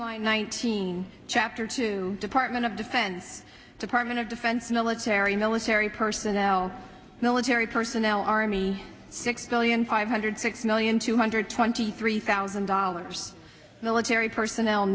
two chapter two department of defense department of defense military military personnel military personnel army six million five hundred six million two hundred twenty three thousand dollars military personnel